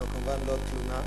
זו, כמובן, לא תלונה,